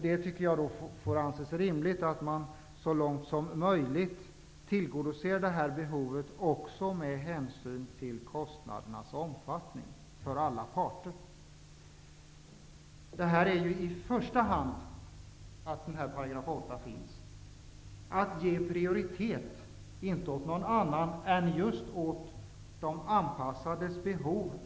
Jag tycker att det får anses rimligt att man så långt möjligt tillgodoser behovet också med hänsyn till kostnadernas omfattning för alla parter. 8 § föreslås i första hand för att ge prioritet åt just de handikappades behov.